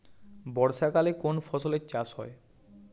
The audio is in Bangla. বর্ষাকালে কোন ফসলের চাষ হয়?